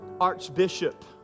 archbishop